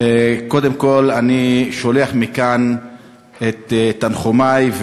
קודם כול אני שולח מכאן את תנחומי,